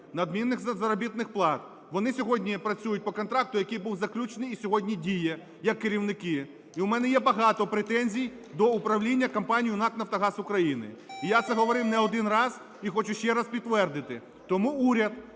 надмірних заробітних плат. Вони сьогодні працюють по контракту, який бувзаключений і сьогодні діє, як керівники. І у мене є багато претензій до управління компанією НАК "Нафтогаз України". І я це говорив не один раз, і хочу ще раз підтвердити. Тому уряд